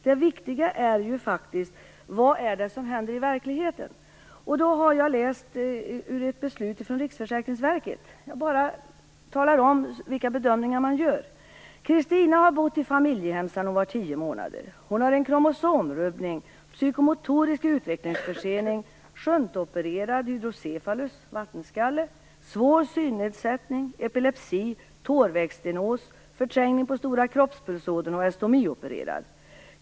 Det viktiga är faktiskt det som händer i verkligheten. Jag har läst ur ett beslut från Riksförsäkringsverket, och jag vill bara tala om vilka bedömningar man gör: "Kristina har bott i familjehem sedan hon var tio månader. Hon har en kromosomrubbning, psykomotorisk utvecklingsförsening, shuntopererad hydrocefalus , svår synnedsättning, epilepsi, tårvägsstenos, förträngning på stora kroppspulsådern och är stomiopererad.